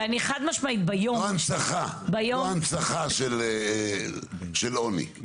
לא הנצחה של עוני.